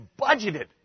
budgeted